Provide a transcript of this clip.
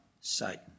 Satan